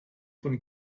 von